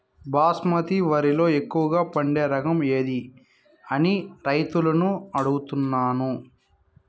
బాస్మతి వరిలో ఎక్కువగా పండే రకం ఏది అని రైతులను అడుగుతాను?